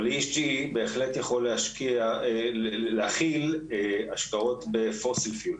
אבל ESG בהחלט יכול להכיל השקעות ב-Fossifieds.